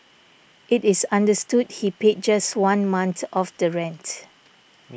it is understood he paid just one month of the rent